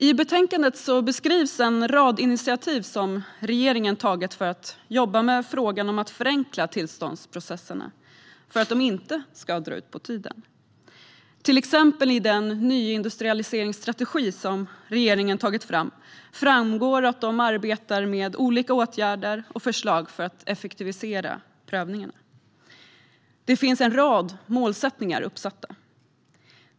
I betänkandet beskrivs en rad initiativ som regeringen tagit för att jobba med frågan om att förenkla tillståndsprocesserna för att de inte ska dra ut på tiden. Till exempel i den nyindustrialiseringsstrategi som regeringen tagit fram framgår att man arbetar med olika åtgärder och förslag för att effektivisera prövningen. Det finns en rad målsättningar.